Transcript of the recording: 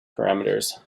parameters